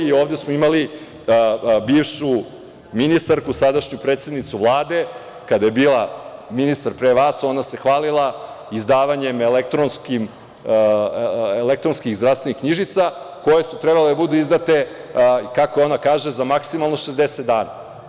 I ovde smo imali bivšu ministarku, sadašnju predsednicu Vlade kada je bila ministar pre vas, ona se hvalila izdavanjem elektronskih zdravstvenih knjižica koje su trebale da budu izdate, kako ona kaže, za maksimalno 60 dana.